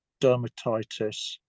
dermatitis